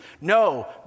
No